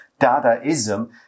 Dadaism